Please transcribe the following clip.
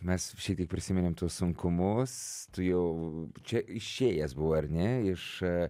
mes šiek tiek prisiminėm tuos sunkumus tu jau čia išėjęs buvai ar ne iš